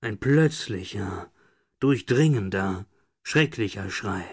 ein plötzlicher durchdringender schrecklicher schrei